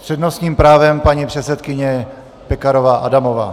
S přednostním právem paní předsedkyně Pekarová Adamová.